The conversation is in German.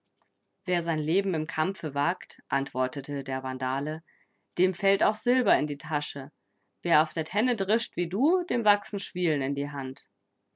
wer sein leben im kampfe wagt antwortete der vandale dem fällt auch silber in die tasche wer auf der tenne drischt wie du dem wachsen schwielen in die hand